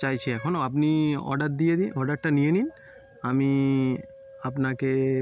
চাইছি এখন আপনি অর্ডার দিয়ে দিন অর্ডারটা নিয়ে নিন আমি আপনাকে